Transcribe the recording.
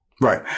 Right